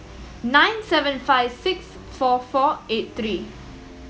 nine seven five six four four eight three